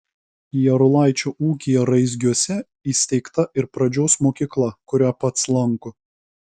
jarulaičio ūkyje raizgiuose įsteigta ir pradžios mokykla kurią pats lanko